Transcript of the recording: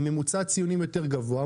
ממוצע ציונים יותר גבוה,